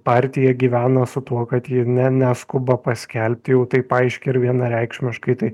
partija gyveno su tuo kad ji ne neskuba paskelbti jau taip aiškiai ir vienareikšmiškai tai